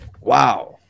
wow